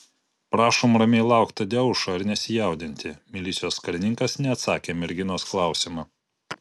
prašom ramiai laukti tadeušo ir nesijaudinti milicijos karininkas neatsakė į merginos klausimą